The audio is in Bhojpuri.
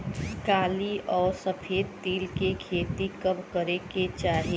काली अउर सफेद तिल के खेती कब करे के चाही?